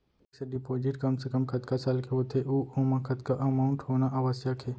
Fix deposit कम से कम कतका साल के होथे ऊ ओमा कतका अमाउंट होना आवश्यक हे?